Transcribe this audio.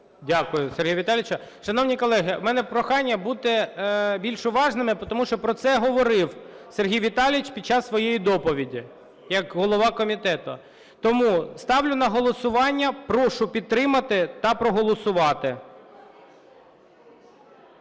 Дякую, Сергій Віталійович. Шановні колеги, у мене прохання бути більш уважними, бо про це говорив Сергій Віталійович під час своєї доповіді як голова комітету. Ставлю на голосування. Прошу підтримати та проголосувати.